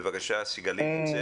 בבקשה, סיגלית.